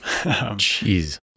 Jeez